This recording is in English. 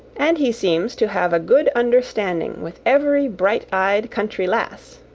and he seems to have a good understanding with every bright-eyed country lass.